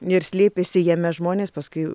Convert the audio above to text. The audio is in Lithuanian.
ir slėpėsi jame žmonės paskui